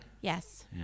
Yes